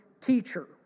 teacher